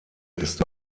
ist